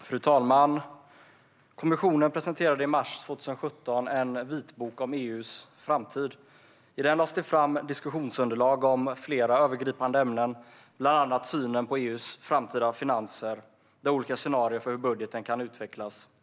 Fru talman! Kommissionen presenterade i mars 2017 en vitbok om EU:s framtid. I den lades det fram diskussionsunderlag om flera övergripande ämnen, bland annat synen på EU:s framtida finanser med olika scenarier för hur budgeten kan utvecklas i framtiden.